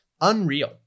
Unreal